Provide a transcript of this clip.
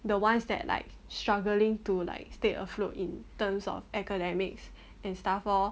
the ones that like struggling to like stay afloat in terms of academics and stuff lor